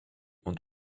und